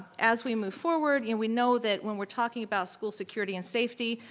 as we move forward, and we know that when we're talking about school security and safety,